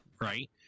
Right